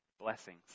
blessings